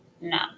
no